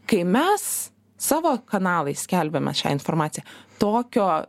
kai mes savo kanalais skelbėme šią informaciją tokio